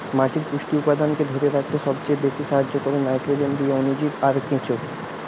মাটির পুষ্টি উপাদানকে ধোরে রাখতে সবচাইতে বেশী সাহায্য কোরে নাইট্রোজেন দিয়ে অণুজীব আর কেঁচো